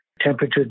temperature